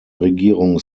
regierung